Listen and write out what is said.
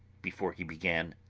before he began.